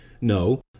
No